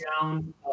down